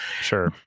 Sure